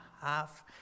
half